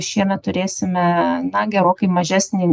šiemet turėsime na gerokai mažesnį